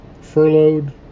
furloughed